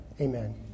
amen